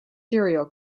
serial